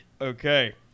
okay